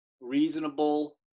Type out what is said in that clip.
reasonable